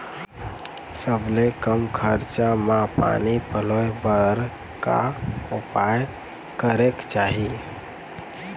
सबले कम खरचा मा पानी पलोए बर का उपाय करेक चाही?